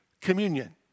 communion